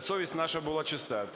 совість наша була чиста.